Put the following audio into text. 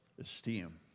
esteem